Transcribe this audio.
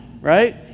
right